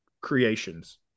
creations